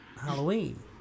Halloween